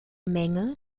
menge